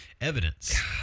Evidence